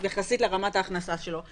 יחסית לרמת ההכנסה שלו.